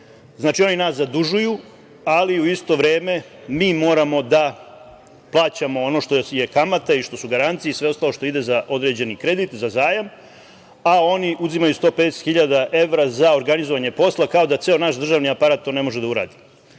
Znači, oni nas zadužuju, ali u isto vreme mi moramo da plaćamo ono što je kamata i što su garancije i sve ostalo što ide za određeni kredit, za zajam, a oni uzimaju 150.000 evra za organizovanje posla, kao da ceo naš državni aparat to ne može da uradi.S